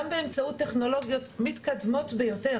גם באמצעות טכנולוגיות מתקדמות ביותר